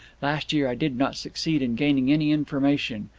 last year i did not succeed in gaining any information.